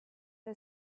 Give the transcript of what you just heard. the